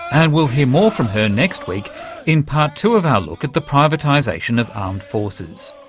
and we'll hear more from her next week in part two of our look at the privatisation of armed forces.